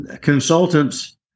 consultants